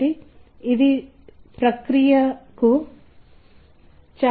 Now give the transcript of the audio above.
కాబట్టి ఇది కొన్ని రకాల సమాచారాన్ని అనుబంధిత ప్రవర్తనను ప్రేరేపిస్తుంది